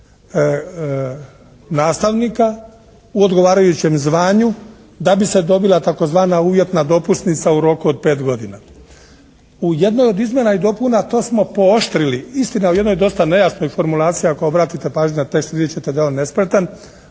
U jednoj od izmjena i dopuna to smo pooštrili, istina u jednoj dosta nejasnoj formulaciji. Ako obratite pažnju na tekst, vidjet ćete da je on nespretan.